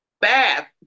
bath